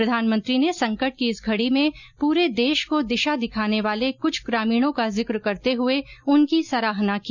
प्रधानमंत्री ने संकट की इस घड़ी में पूरे देश को दिशा दिखाने वाले कुछ ग्रामीणों का जिक्र करते हुए उनकी सराहना की